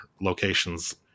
locations